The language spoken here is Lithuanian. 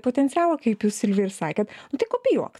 potencialo kaip jūs silvija ir sakėt tai kopijuok